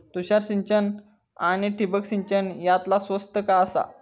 तुषार सिंचन आनी ठिबक सिंचन यातला स्वस्त काय आसा?